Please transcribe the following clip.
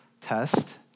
test